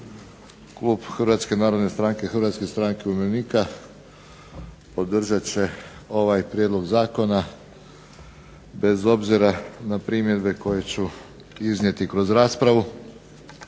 klub Hrvatske narodne stranke, Hrvatske stranke umirovljenika podržat će ovaj prijedlog zakona bez obzira na primjedbe koje ću iznijeti kroz raspravu